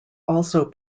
also